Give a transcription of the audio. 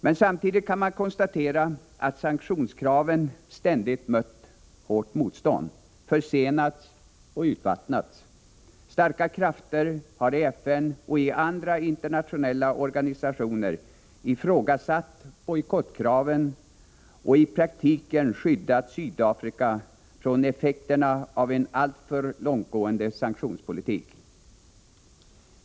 Men samtidigt kan man konstatera att sanktionskraven ständigt mött hårt motstånd, försenats och urvattnats. Starka krafter har i FN och i andra internationella organisationer ifrågasatt bojkottkraven och har i praktiken skyddat Sydafrika från effekterna av en alltför långtgående sanktionspolitik.